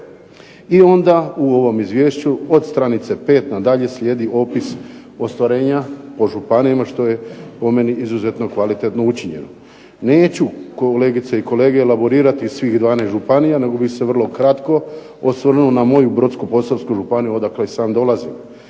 I onda u ovom izvješću od stranice 5 nadalje slijedi opis ostvarenja po županijama što je po meni izuzetno kvalitetno učinjeno. Neću, kolegice i kolege, elaborirati svih 12 županija nego bi se vrlo kratko osvrnuo na moju Brodsko-posavsku županiju odakle i sam dolazim.